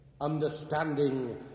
understanding